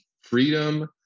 freedom